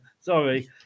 Sorry